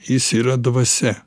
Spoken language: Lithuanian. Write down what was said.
jis yra dvasia